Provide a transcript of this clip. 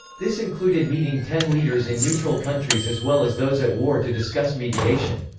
this included meeting ten leaders in neutral countries as well as those at war to discuss mediation.